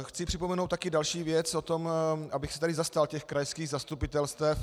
Chci připomenout také další věc, abych se tady zastal těch krajských zastupitelstev.